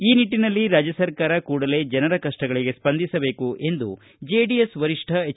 ಈ ನಿಟ್ಟನಲ್ಲಿ ರಾಜ್ಜ ಸರ್ಕಾರ ಕೂಡಲೇ ಜನರ ಕಪ್ಪಗಳಿಗೆ ಸ್ಪಂದಿಸಬೇಕು ಎಂದು ಜೆಡಿಎಸ್ ವರಿಷ್ಠ ಎಚ್